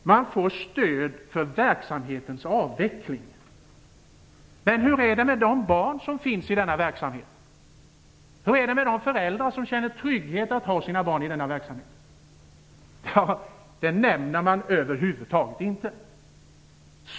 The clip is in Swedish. Man får stöd för verksamhetens avveckling! Men hur är det med de barn som finns i denna verksamhet? Hur är det med de föräldrar som känner trygghet i att ha sina barn i denna verksamhet? Det nämner man över huvud taget inte.